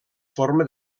forma